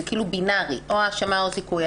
זה כאילו בינארי, או האשמה או זיכוי.